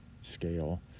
scale